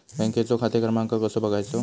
बँकेचो खाते क्रमांक कसो बगायचो?